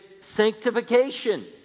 sanctification